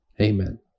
amen